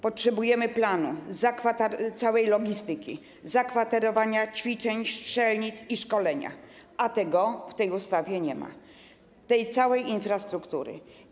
Potrzebujemy planu, całej logistyki, zakwaterowania, ćwiczeń, strzelnic i szkolenia, a tego w tej ustawie nie ma, tej całej infrastruktury.